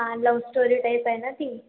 हा love story type आहे ना ती